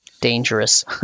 dangerous